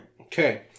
Okay